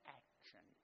action